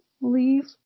leave